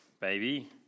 baby